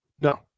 No